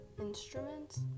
instruments